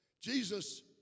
Jesus